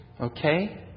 okay